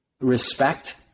respect